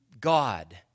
God